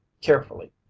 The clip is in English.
Carefully